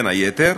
בין היתר,